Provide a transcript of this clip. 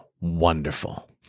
wonderful